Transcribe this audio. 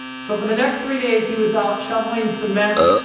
so for the next three days he was out shoveling cement,